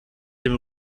dem